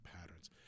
patterns